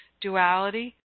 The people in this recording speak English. duality